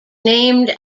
named